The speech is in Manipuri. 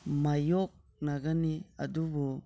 ꯃꯥꯏꯌꯣꯛꯅꯒꯅꯤ ꯑꯗꯨꯕꯨ